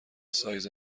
سایز